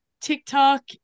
TikTok